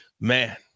Man